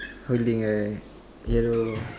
holding a yellow